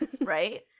right